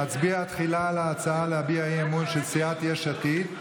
נצביע תחילה על ההצעה להביע אי-אמון של סיעת יש עתיד,